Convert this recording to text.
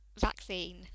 vaccine